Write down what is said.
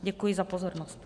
Děkuji za pozornost.